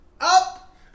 up